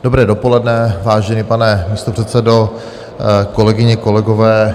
Dobré dopoledne, vážený pane místopředsedo, kolegyně, kolegové.